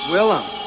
Willem